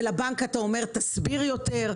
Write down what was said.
ולבנק אתה אומר: תסביר יותר,